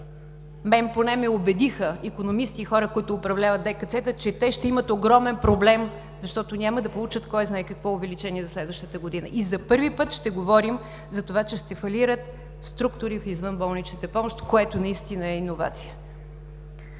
мен поне ме убедиха икономисти и хора, които управляват ДКЦ-та, че те ще имат огромен проблем, защото няма да получат кой знае какво увеличение за следващата година, и за първи път ще говорим за това, че ще фалират структури в извънболничната помощ, което наистина е иновация.